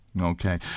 Okay